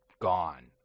gone